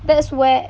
that's where